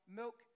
milk